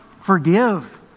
forgive